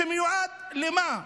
שמיועד למה?